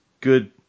good